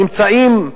נמצאים,